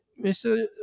Mr